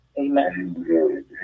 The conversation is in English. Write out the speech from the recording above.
Amen